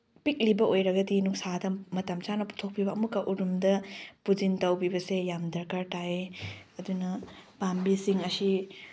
ꯄꯤꯛꯂꯤꯕ ꯑꯣꯏꯔꯒꯗꯤ ꯅꯨꯡꯁꯥꯗ ꯃꯇꯝ ꯆꯥꯅ ꯄꯨꯊꯣꯛꯄꯤꯕ ꯑꯃꯨꯛꯀ ꯎꯔꯨꯝꯗ ꯄꯨꯗꯤꯟ ꯇꯧꯕꯤꯕꯁꯦ ꯌꯥꯝ ꯗꯔꯀꯥꯔ ꯇꯥꯏꯌꯦ ꯑꯗꯨꯅ ꯄꯥꯝꯕꯤꯁꯤꯡ ꯑꯁꯤ